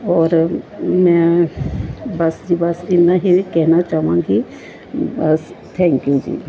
ਔਰ ਮੈਂ ਬਸ ਜੀ ਬਸ ਇੰਨਾ ਹੀ ਕਹਿਣਾ ਚਾਵਾਂਗੀ ਬਸ ਥੈਂਕ ਯੂ ਜੀ